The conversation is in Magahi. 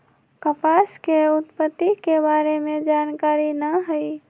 कपास के उत्पत्ति के बारे में जानकारी न हइ